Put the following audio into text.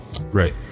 Right